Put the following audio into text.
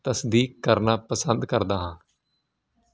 ਤਸਦੀਕ ਕਰਨਾ ਪਸੰਦ ਕਰਦਾ ਹਾਂ